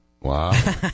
Wow